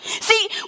See